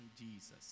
Jesus